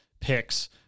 picks